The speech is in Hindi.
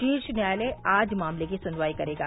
शीर्ष न्यायालय आज मामले की सुनवाई करेगा